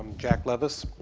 jack levis.